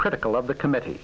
critical of the committe